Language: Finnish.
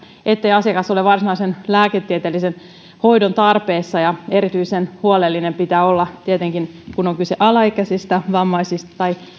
ettei asiakas ole varsinaisen lääketieteellisen hoidon tarpeessa ja erityisen huolellinen pitää olla tietenkin kun on kyse alaikäisistä vammaisista tai